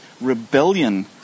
rebellion